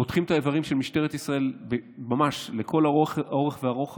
מותחים את האיברים של משטרת ישראל לאורך ולרוחב.